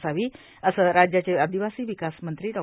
असावीए असे राज्याचे आदिवासी विकास मंत्री ॉ